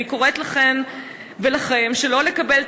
אני קוראת לכן ולכם שלא לקבל את